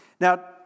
Now